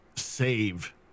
save